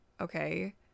okay